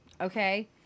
okay